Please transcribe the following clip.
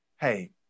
hey